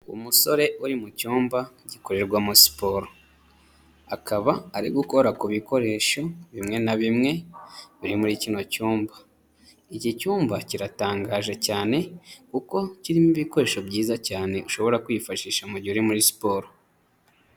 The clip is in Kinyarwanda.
Umusore uri mu cyumba gikorerwamo siporo, akaba ari gukora ku bikoresho bimwe na bimwe biri muri kino cyumba, iki cyumba kiratangaje cyane kuko kirimo ibikoresho byiza cyane ushobora kwifashisha mu gihe uri muri siporo.